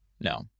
No